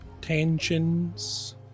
tensions